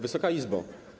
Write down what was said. Wysoka Izbo!